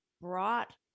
brought